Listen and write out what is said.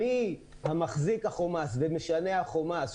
ממחזיק החומ"ס ומשנה החומ"ס,